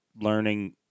learning